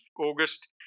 August